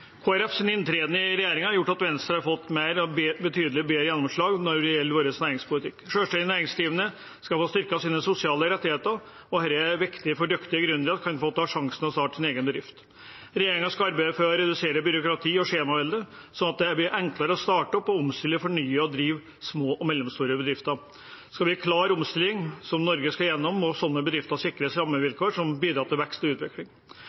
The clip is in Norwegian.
starte sin egen bedrift. Regjeringen skal arbeide for å redusere byråkrati og skjemavelde, sånn at det blir enklere å starte opp, omstille, fornye og drive små og mellomstore bedrifter. Skal vi klare omstilling, som Norge skal gjennom, må sånne bedrifter sikres rammevilkår som bidrar til vekst og utvikling.